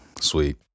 sweet